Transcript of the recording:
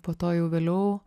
po to jau vėliau